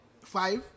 five